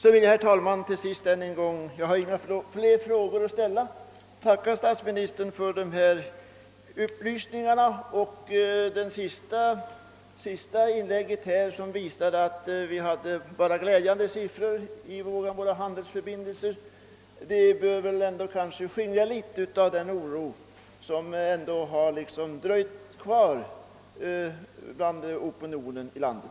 Jag har nu inga flera frågor att ställa och vill därför tacka statsministern för de upplysningar han lämnat. Jag tackar även för statsministerns sista inlägg som visar att vi kan notera glädjande siffror i våra handelsförbindelser. Detta bör kanske skingra något av den oro som ändå dröjt kvar ute i opinionen i landet.